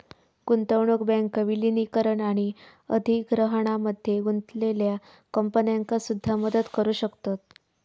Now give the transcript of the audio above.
गुंतवणूक बँक विलीनीकरण आणि अधिग्रहणामध्ये गुंतलेल्या कंपन्यांका सुद्धा मदत करू शकतत